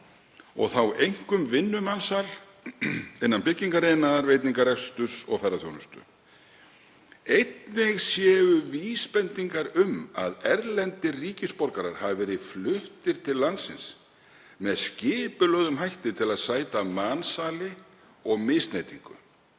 og þá einkum vinnumansal innan byggingariðnaðar, veitingareksturs og ferðaþjónustu. Einnig séu vísbendingar um að erlendir ríkisborgarar hafi verið fluttir til landsins með skipulögðum hætti til að sæta mansali og misneytingu.